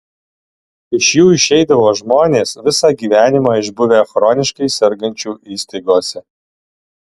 iš jų išeidavo žmonės visą gyvenimą išbuvę chroniškai sergančių įstaigose